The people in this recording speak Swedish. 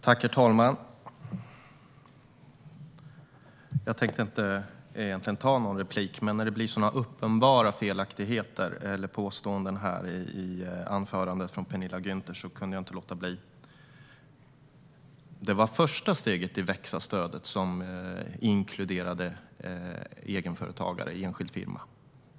Herr talman! Jag tänkte egentligen inte begära replik, men eftersom det var så uppenbart felaktiga påståenden i anförandet från Penilla Gunther kunde jag inte låta bli. Det var första steget i växa-stödet som inkluderade egenföretagare i enskild firma.